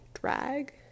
drag